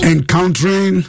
Encountering